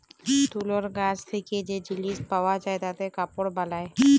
তুলর গাছ থেক্যে যে জিলিস পাওয়া যায় তাতে কাপড় বালায়